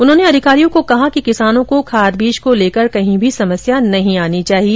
उन्होंने अधिकारियों को कहा कि किसानों को खाद बीज को लेकर कहीं भी समस्या नहीं आनी चाहिए